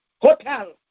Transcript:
Hotel